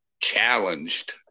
Challenged